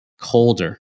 colder